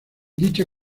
dicha